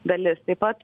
dalis taip pat